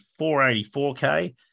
484k